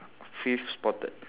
fifth spotted